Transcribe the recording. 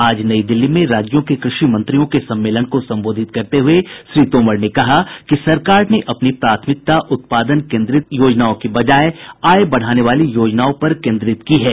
आज नई दिल्ली में राज्यों के क्रषि मंत्रियों के सम्मेलन को संबोधित करते हुए श्री तोमर ने कहा कि सरकार ने अपनी प्राथमिकता उत्पादन केन्द्रित योजनाओं की बजाय आय बढ़ाने वाली योजनाओं पर केन्द्रित की है